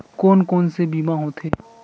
कोन कोन से बीमा होथे?